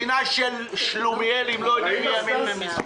מדינה של שלומיאלים, לא יודעים מימין ומשמאל.